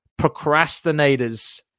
procrastinators